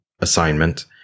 assignment